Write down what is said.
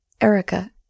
Erica